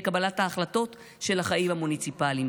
קבלת ההחלטות של החיים המוניציפליים.